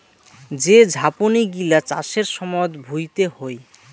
যে ঝাপনি গিলা চাষের সময়ত ভুঁইতে হই